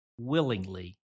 willingly